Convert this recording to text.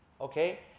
Okay